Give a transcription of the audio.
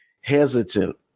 hesitant